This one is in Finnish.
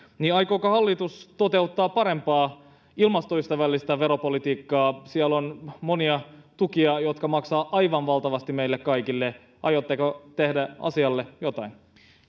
aikooko hallitus toteuttaa parempaa ilmastoystävällistä veropolitiikkaa siellä on monia tukia jotka maksavat aivan valtavasti meille kaikille aiotteko tehdä asialle jotain